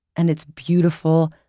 and it's beautiful,